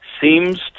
seems